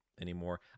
anymore